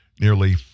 nearly